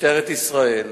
משטרת ישראל